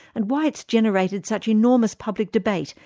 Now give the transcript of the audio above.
and why it's generated such enormous public debate,